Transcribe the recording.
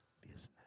business